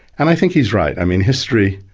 and i think he's right, i mean history,